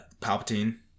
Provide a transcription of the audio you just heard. Palpatine